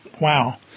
Wow